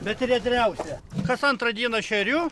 bet ir ėdriausia kas antrą dieną šeriu